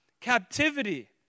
captivity